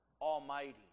Almighty